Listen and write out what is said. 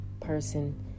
person